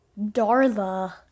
Darla